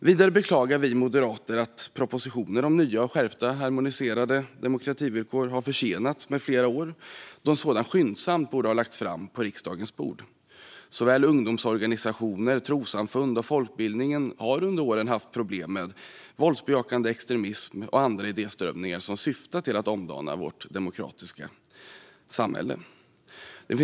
Vidare beklagar vi moderater att propositionen om nya skärpta och harmoniserade demokrativillkor har försenats med flera år då en sådan skyndsamt borde ha lagts fram på riksdagens bord. Såväl ungdomsorganisationer och trossamfund som folkbildningen har under åren haft problem med våldsbejakande extremism och andra idéströmningar som syftar till att omdana vårt demokratiska samhälle.